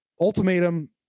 ultimatum